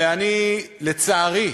ולצערי,